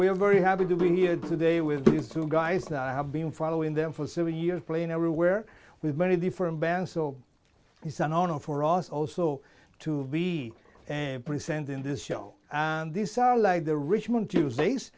we're very happy to be here today with these two guys that have been following them for seven years playing everywhere with many different bands so it's an honor for us also to be presenting this show this hour like the richmond tuesdays